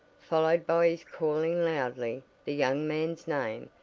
followed by his calling loudly the young man's name,